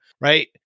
Right